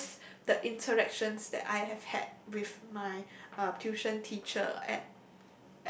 miss the interactions that I have had with my uh tuition teacher and